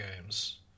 games